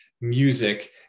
music